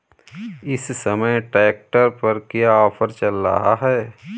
इस समय ट्रैक्टर पर क्या ऑफर चल रहा है?